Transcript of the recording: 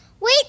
Wait